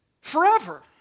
forever